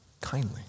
kindly